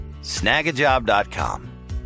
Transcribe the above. snagajob.com